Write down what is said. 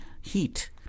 heat